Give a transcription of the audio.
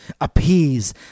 appease